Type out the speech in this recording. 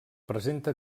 presenta